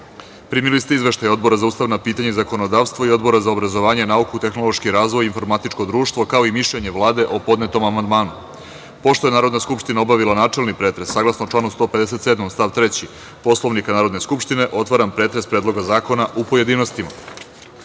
ste izveštaje Odbor za ustavna pitanja i zakonodavstvo i Odbora za obrazovanje, nauku, tehnološki razvoj i informatičko društvo, kao i mišljenje Vlade o podnetom amandmanu. Pošto je Narodna skupština obavila načelni pretres, saglasno članu 157. stav 3. Poslovnika Narodne skupštine, otvaram pretres Predloga zakona u pojedinostima. Na